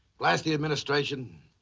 blast the administration.